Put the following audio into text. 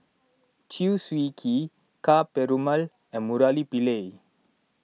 Chew Swee Kee Ka Perumal and Murali Pillai